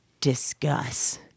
discuss